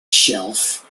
shelf